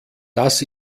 das